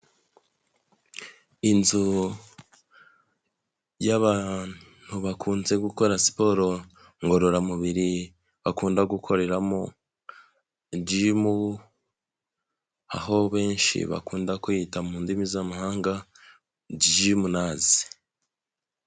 Inzu y'abantu bakunze gukora siporo ngororamubiri bakunda gukoreramo, jyimu, aho benshi bakunda kwiyita mu ndimi z'amahanga jyimunaze.